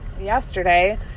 yesterday